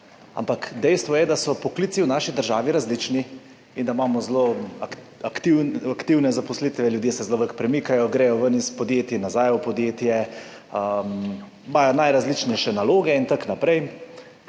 Ampak dejstvo je, da so poklici v naši državi različni in da imamo zelo aktivne zaposlitve, ljudje se zelo veliko premikajo, gredo ven iz podjetij, nazaj v podjetje, imajo najrazličnejše naloge in tako naprej.